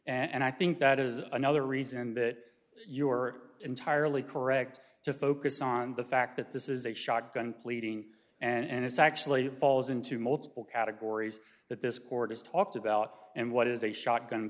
and i think that is another reason that you are entirely correct to focus on the fact that this is a shotgun pleading and it's actually falls into multiple categories that this court has talked about and what is a shotgun